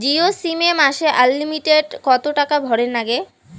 Jio sim এ মাসে unlimited কত টাকা ভরের নাগে?